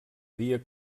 dia